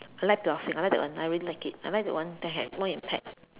I like Piloxing I like that one I really like it I like the one that has no impact